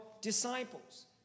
disciples